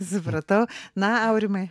supratau na aurimai